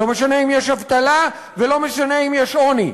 לא משנה אם יש אבטלה ולא משנה אם יש עוני,